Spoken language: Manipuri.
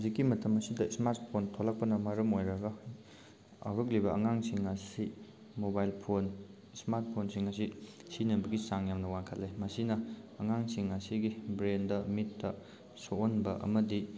ꯍꯧꯖꯤꯛꯀꯤ ꯃꯇꯝꯁꯤꯗ ꯁꯃꯥꯔꯠꯐꯣꯟ ꯊꯣꯂꯛꯄꯅ ꯃꯔꯝ ꯑꯣꯏꯔꯒ ꯍꯧꯔꯛꯂꯤꯕ ꯑꯉꯥꯡꯁꯤꯡ ꯑꯁꯤ ꯃꯣꯕꯥꯏꯜ ꯐꯣꯟ ꯁꯃꯥꯔꯠꯐꯣꯟꯁꯤꯡ ꯑꯁꯤ ꯁꯤꯖꯟꯅꯕꯒꯤ ꯆꯥꯡ ꯌꯥꯝꯅ ꯋꯥꯡꯈꯠꯂꯦ ꯃꯁꯤꯅ ꯑꯉꯥꯡꯁꯤꯡ ꯑꯁꯤꯒꯤ ꯕ꯭ꯔꯦꯟꯗ ꯃꯤꯠꯇ ꯁꯣꯛꯍꯟꯕ ꯑꯃꯗꯤ